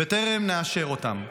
בטרם נאשר אותם.